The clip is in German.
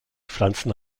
pflanzen